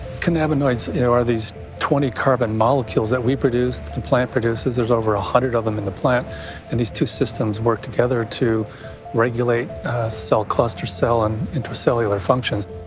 cannabinoids you know are these twenty-carbon molecules that we produce, the plant produces there's over a hundred of them in the plant and these two systems work together to regulate cell, cluster cell, and intracellular functions.